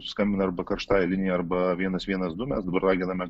ir skambina arba karštąja linija arba vienas vienas du mes dabar raginame